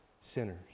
sinners